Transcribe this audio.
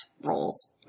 roles